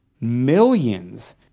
millions